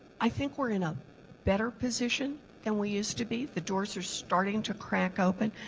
i think we are in a better position than we used to be. the doors are starting to crack open.